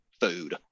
food